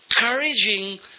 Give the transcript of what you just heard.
encouraging